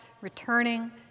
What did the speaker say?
returning